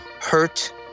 hurt